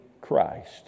Christ